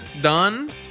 Done